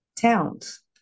towns